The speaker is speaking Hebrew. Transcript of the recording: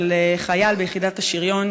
של חייל ביחידת השריון,